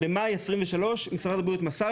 בחודש מאי בשנת 2023 משרד הבריאות מסר